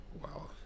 Wow